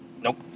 Nope